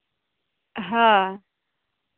ᱦᱳᱭ